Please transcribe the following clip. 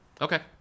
okay